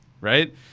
right